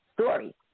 story